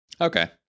Okay